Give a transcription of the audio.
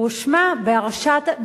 הוא הורשע בהריגה